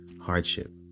hardship